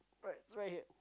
right right here